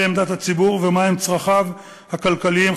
עמדת הציבור ומהם צרכיו הכלכליים-חברתיים,